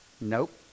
Nope